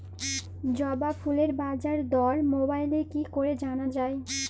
জবা ফুলের বাজার দর মোবাইলে কি করে জানা যায়?